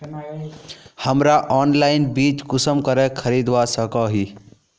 हमरा ऑनलाइन बीज कुंसम करे खरीदवा सको ही?